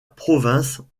province